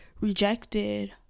rejected